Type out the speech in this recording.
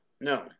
no